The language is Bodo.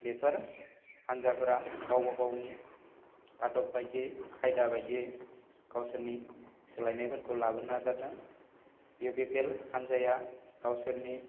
बेफोर हान्जाफोरा गावबा गावनि आदब बायदियै खायदा बायदियै गावसोरनि सोलायनायफोरखौ लाबोनो नाजादों इउ पि पि एल हान्जाया गावसोरनि